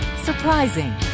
Surprising